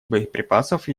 боеприпасов